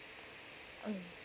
mm